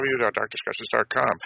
www.darkdiscussions.com